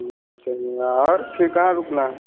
चलिए हाँ और फ़िर कहाँ रुकना है